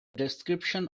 description